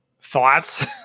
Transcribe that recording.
thoughts